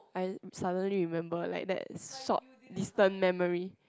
I suddenly remember like that short distance memory